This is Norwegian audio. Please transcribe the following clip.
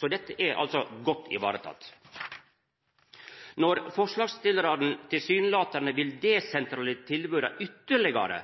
Så dette er altså godt vareteke. Når forslagsstillarane tilsynelatande vil desentralisera tilboda ytterlegare,